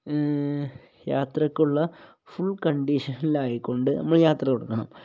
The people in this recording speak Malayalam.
യാത്രയ്ക്കുള്ള ഫുൾ കണ്ടീഷനിലായിക്കൊണ്ട് നമ്മൾ യാത്ര തുടങ്ങണം